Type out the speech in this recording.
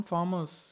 Farmers